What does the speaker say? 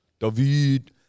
David